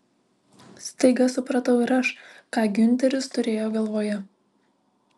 staiga supratau ir aš ką giunteris turėjo galvoje